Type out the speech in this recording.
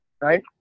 right